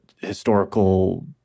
historical